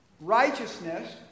Righteousness